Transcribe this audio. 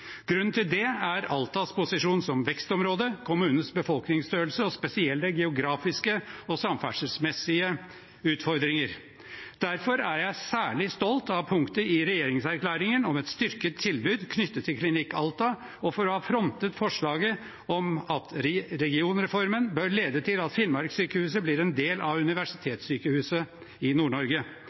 Grunnen til det er Altas posisjon som vekstområde, kommunens befolkningsstørrelse og spesielle geografiske og samferdselsmessige utfordringer. Derfor er jeg særlig stolt av punktet i regjeringserklæringen om et styrket tilbud til Klinikk Alta, og for å ha frontet forslaget om at regionreformen bør lede til at Finnmarkssykehuset blir en del av Universitetssykehuset